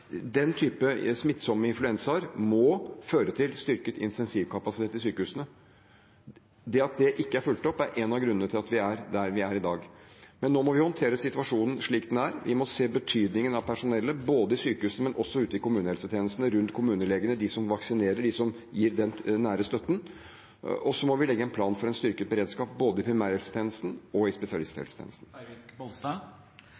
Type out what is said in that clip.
den typen smittsomme influensaer måtte føre til styrket intensivkapasitet i sykehusene. At det ikke er fulgt opp, er en av grunnene til at vi er der vi er i dag. Men nå må vi håndtere situasjonen slik den er. Vi må se betydningen av personellet, både i sykehusene og ute i kommunehelsetjenestene, rundt kommunelegene, de som vaksinerer, og de som gir den nære støtten. Så må vi legge en plan for en styrket beredskap i både primærhelsetjenesten og